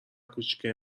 کوچیکه